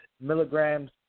milligrams